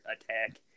attack